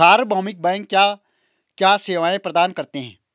सार्वभौमिक बैंक क्या क्या सेवाएं प्रदान करते हैं?